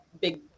big